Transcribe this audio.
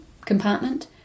compartment